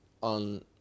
on